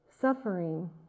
suffering